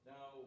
Now